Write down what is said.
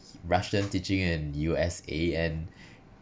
russian teaching in U_S_A and